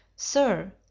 Sir